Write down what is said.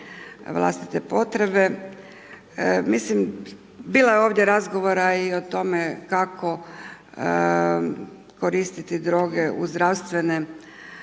vlastite potrebe. Mislim, bilo je ovdje razgovora i o tome kako koristiti droge u zdravstvene